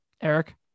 Eric